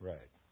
Right